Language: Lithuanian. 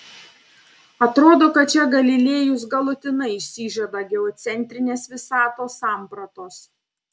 atrodo kad čia galilėjus galutinai išsižada geocentrinės visatos sampratos